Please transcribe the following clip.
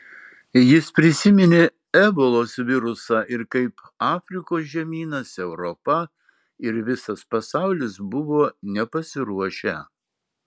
jis prisiminė ebolos virusą ir kaip afrikos žemynas europa ir visas pasaulis buvo nepasiruošę